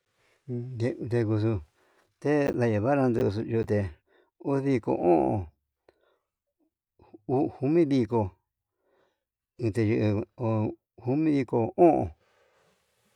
Uun nde ndekudu te'e ndedevara ñuxuu yute, udiko o'on komidiko inteye uu komidiko o'on.